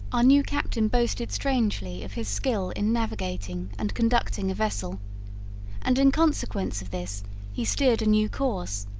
our new captain boasted strangely of his skill in navigating and conducting a vessel and in consequence of this he steered a new course,